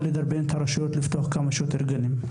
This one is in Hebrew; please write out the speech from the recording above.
לדרבן את הרשויות לפתוח כמה שיותר גנים.